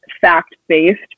fact-based